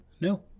No